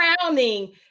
crowning